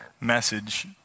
message